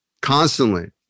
constantly